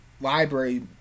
library